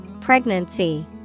Pregnancy